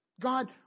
God